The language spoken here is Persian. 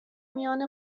میان